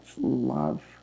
love